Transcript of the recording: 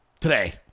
today